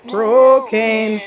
Broken